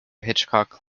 hitchcock